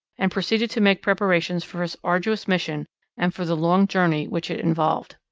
and proceeded to make preparations for his arduous mission and for the long journey which it involved.